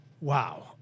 Wow